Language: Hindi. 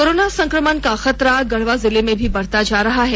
कोरोना संक्रमण का खतरा गढ़वा जिले में बढ़ता जा रहा है